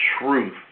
truth